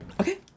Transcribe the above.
okay